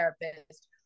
therapist